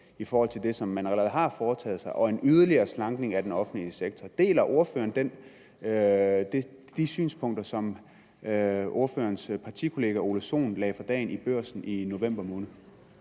i forhold til det, som man allerede har foretaget sig, og en yderligere slankning af den offentlige sektor. Deler ordføreren de synspunkter, som ordførerens partifælle hr. Ole Sohn lagde for dagen i Børsen i november måned?